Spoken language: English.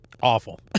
awful